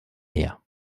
meer